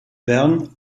bern